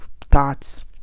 thoughts